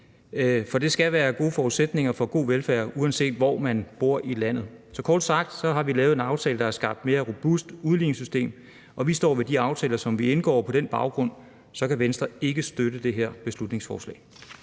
for der skal være gode forudsætninger for god velfærd, uanset hvor man bor i landet. Så kort sagt har vi lavet en aftale, der har skabt et mere robust udligningssystem, og vi står ved de aftaler, som vi indgår. På den baggrund kan Venstre ikke støtte det her beslutningsforslag.